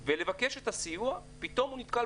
אם אתה אומר שאתה הולך -- סליחה, אני שחררתי...